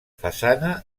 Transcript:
façana